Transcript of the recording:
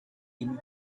him